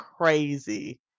crazy